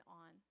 on